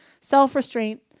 self-restraint